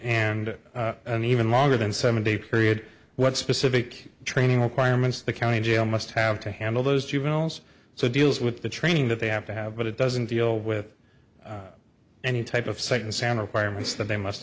period and an even longer than seven day period what specific training requirements the county jail must have to handle those juveniles so deals with the training that they have to have but it doesn't deal with any type of second santa acquirements that they must